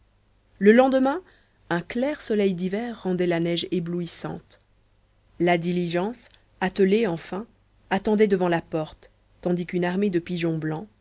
le lendemain un clair soleil d'hiver rendait la neige éblouissante la diligence attelée enfin attendait devant la porte tandis qu'une armée de pigeons blancs